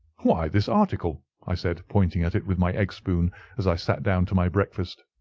why, this article, i said, pointing at it with my egg spoon as i sat down to my breakfast.